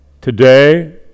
today